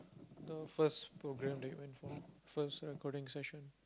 the first program that you went through first recording session